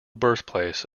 birthplace